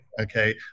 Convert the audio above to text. okay